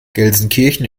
gelsenkirchen